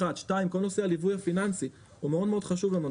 דבר שני, הליווי הפיננסי מאוד חשוב לנו.